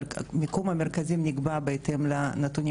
מיקום המרכזים נקבע בהתאם לנתונים